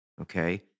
Okay